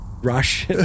Rush